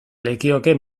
lekioke